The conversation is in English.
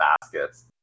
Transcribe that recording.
baskets